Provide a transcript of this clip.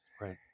Right